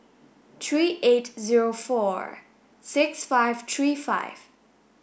three eight zero four six five three five